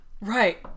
Right